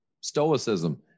Stoicism